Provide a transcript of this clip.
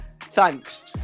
Thanks